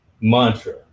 mantra